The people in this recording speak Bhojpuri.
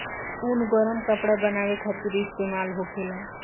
ऊन गरम कपड़ा बनावे खातिर इस्तेमाल होखेला